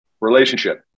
Relationship